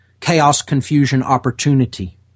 chaos-confusion-opportunity